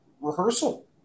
rehearsal